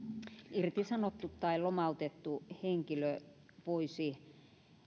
irtisanottu tai lomautettu henkilö voisi